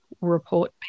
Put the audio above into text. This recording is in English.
report